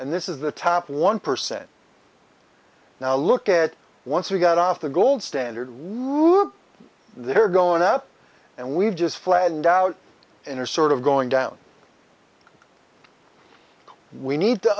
and this is the top one percent now look at once we got off the gold standard they're going up and we've just flattened out in are sort of going down we need to